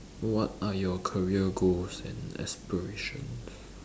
what are your career goals and aspiration